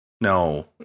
no